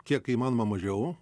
kiek įmanoma mažiau